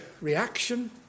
reaction